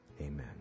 Amen